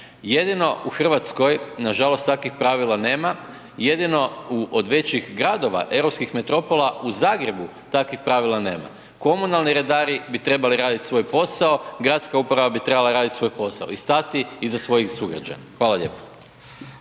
Jedino u Hrvatskoj, nažalost takvih pravila nema, jedino od većih gradova europskih metropola u Zagrebu takvih pravila nema. Komunalni redari bi trebali raditi svoj posao, gradska uprava bi trebala raditi svoj posao i stati iza svojih sugrađana. Hvala lijepo.